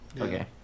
Okay